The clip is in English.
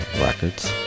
Records